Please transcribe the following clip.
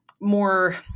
more